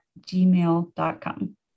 gmail.com